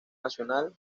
nacional